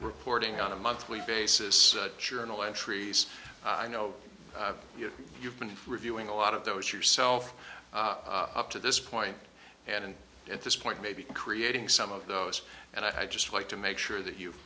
reporting on a monthly basis chernow entries i know you've been reviewing a lot of those yourself up to this point and at this point maybe creating some of those and i just like to make sure that you've